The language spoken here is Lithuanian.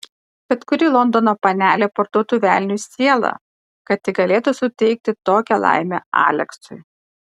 bet kuri londono panelė parduotų velniui sielą kad tik galėtų suteikti tokią laimę aleksui